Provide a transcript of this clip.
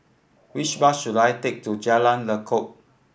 which bus should I take to Jalan Lekub